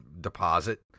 deposit